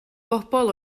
bobl